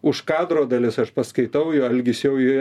už kadro dalis aš paskaitau jau algis jau į